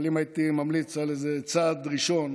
אבל אם הייתי ממליץ על איזה צעד ראשון